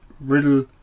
Riddle